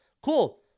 Cool